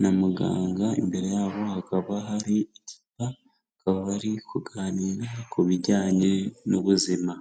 na muganga, imbere yabo hakaba hari icupa, bakaba bari kuganira ku bijyanye n'ubuzima.